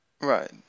Right